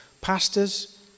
pastors